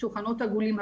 שולחנות עגולים,